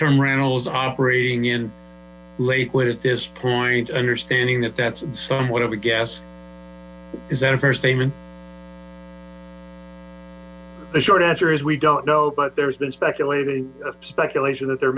term rentals operating in lakewood at this point understanding that that's somewhat of a guess is that a fair statement the short answer is we don't know but there's been speculating of speculation that there